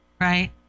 right